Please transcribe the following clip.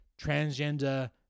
transgender